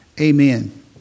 Amen